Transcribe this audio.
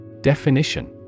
Definition